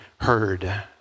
heard